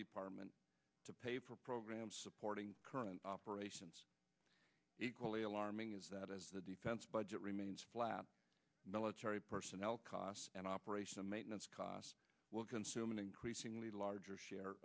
department to pay for programs supporting current operations equally alarming is that as the defense budget remains flat military personnel costs an operation and maintenance costs will consume an increasingly larger share